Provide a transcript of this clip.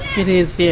it is. yeah